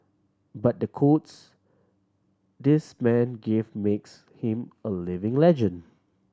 but the quotes this man give makes him a living legend